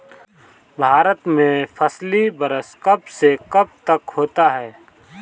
भारत में फसली वर्ष कब से कब तक होता है?